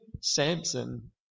Samson